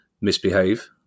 misbehave